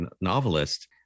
novelist